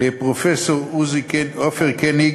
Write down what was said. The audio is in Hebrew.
לפרופסור עופר קניג